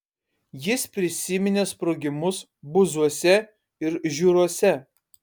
jis prisiminė sprogimus buzuose ir žiūruose